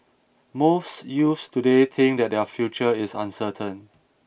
most youths today think that their future is uncertain